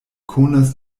konas